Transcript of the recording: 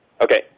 Okay